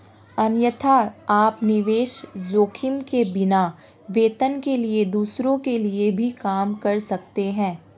अन्यथा, आप निवेश जोखिम के बिना, वेतन के लिए दूसरों के लिए भी काम कर सकते हैं